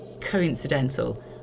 coincidental